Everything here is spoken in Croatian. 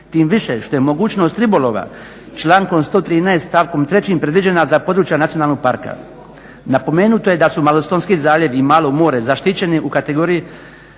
tim više što je mogućnost ribolova člankom 113. stavkom 3. predviđena za područja nacionalnog parka. Napomenuto je da su Malostonski zaljev i Malo more zaštićeni u kategoriji